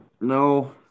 No